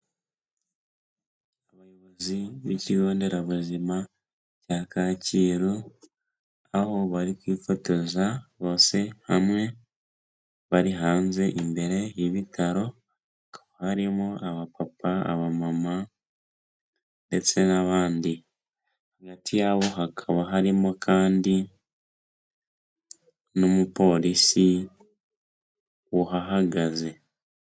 Abayobozi b'ikigo nderabuzima cya Kacyiru, aho bari kwifotoza bose hamwe, bari hanze imbere y'ibitaro, harimo abapapa, abamama ndetse n'abandi, hagati yabo hakaba harimo kandi n'umupolisi uhahagaze.